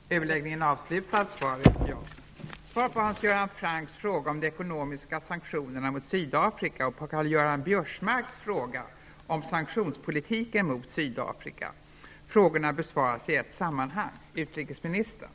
Hadar Cars har på regeringens uppdrag besökt Enligt pressuppgifter och andra källor skulle det beskedet ha lämnats till företrädare för ANC, att Sverige inom kort kommer att häva de ekonomiska sanktionerna mot Sydafrika. Vilka kommentarer har utrikesministern till uppgifterna om hävande av sanktionerna mot Sydafrika och vilket uppdrag har lämnats till riksdagsledamöterna?